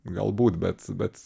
galbūt bet bet